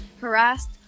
harassed